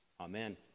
Amen